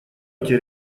эти